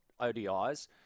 ODIs